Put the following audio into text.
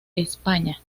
españa